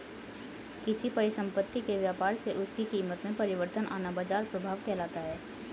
किसी परिसंपत्ति के व्यापार से उसकी कीमत में परिवर्तन आना बाजार प्रभाव कहलाता है